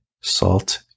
salt